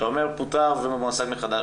כשאתה אומר פוטר ומועסק מחדש,